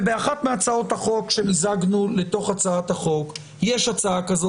ובאחת מהצעות החוק שמיזגנו לתוך הצעת החוק יש הצעה כזאת,